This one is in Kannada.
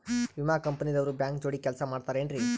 ವಿಮಾ ಕಂಪನಿ ದವ್ರು ಬ್ಯಾಂಕ ಜೋಡಿ ಕೆಲ್ಸ ಮಾಡತಾರೆನ್ರಿ?